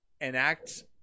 enact